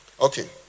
okay